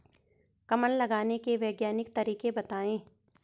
कमल लगाने के वैज्ञानिक तरीके बताएं?